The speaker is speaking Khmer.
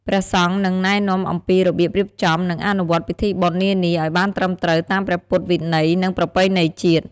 ព្រះសង្ឃនឹង ណែនាំអំពីរបៀបរៀបចំ និងអនុវត្តពិធីបុណ្យនានាឲ្យបានត្រឹមត្រូវ តាមព្រះពុទ្ធវិន័យ និងប្រពៃណីជាតិ។